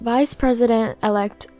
Vice-president-elect